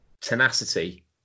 tenacity